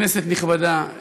כנסת נכבדה,